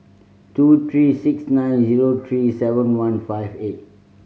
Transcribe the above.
two three six nine zero three seven one five eight